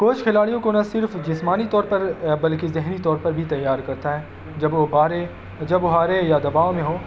کچھ کھلاڑیوں کو نہ صرف جسمانی طور پر بلکہ ذہنی طور پر بھی تیار کرتا ہے جب وہ ہارے جب ہارے یا دباؤ میں ہوں